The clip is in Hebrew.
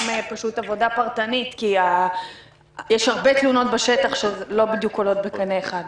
בעבודה פרטנית כי יש הרבה תלונות בשטח שלא בדיוק עולות בקנה אחד.